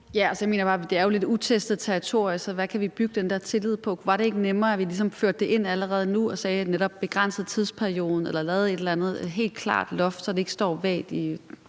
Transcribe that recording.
(ALT): Jeg mener bare, at det jo er lidt utestet territorie, så hvad kan vi bygge den der tillid på? Var det ikke nemmere, at vi ligesom førte det ind allerede nu og sagde, at vi netop begrænsede tidsperioden eller lavede et eller andet helt klart loft, så det ikke står vagt i